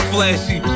Flashy